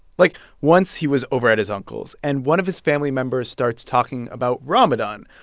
like, once, he was over at his uncle's, and one of his family members starts talking about ramadan,